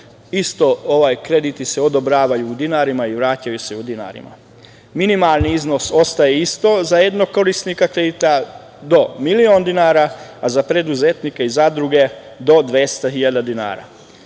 isto se krediti odobravaju u dinarima i vraćaju se u dinarima. Minimalni iznos ostaje isti za jednog korisnika kredita do milion dinara, a za preduzetnike i zadruge do 200.000 dinara. Kod